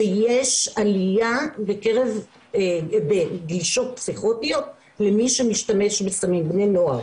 שיש עלייה בגלישות פסיכוטיות לבני נוער שמשתמשים בסמים.